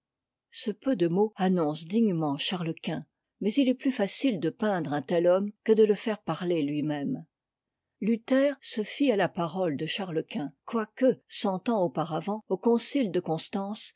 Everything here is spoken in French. ce peu de mots annonce dignement chartesquint mais il est plus facile de peindre un tel homme que de le faire parler tui mëme luther se fie à la parole de chartes quint quoique cent ans auparavant au concile de constance